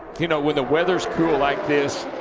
you know, when the weather's cool like this,